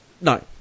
No